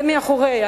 ומאחוריה